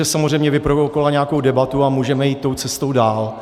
Protože samozřejmě vyprovokovala nějakou debatu a můžeme jít tou cestou dál.